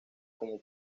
como